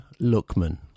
Lookman